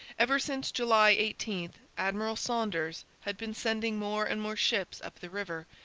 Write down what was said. ever since july eighteen admiral saunders had been sending more and more ships up the river,